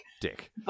dick